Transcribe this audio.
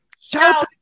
shout